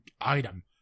item